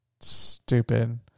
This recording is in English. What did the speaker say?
Stupid